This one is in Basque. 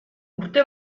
urte